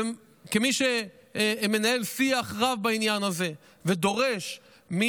כמי שמנהל שיח רב בעניין הזה ודורש גם